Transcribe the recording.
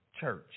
Church